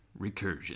Recursion